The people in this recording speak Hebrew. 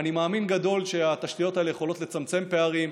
אני מאמין גדול שהתשתיות האלה יכולות לצמצם פערים,